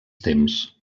temps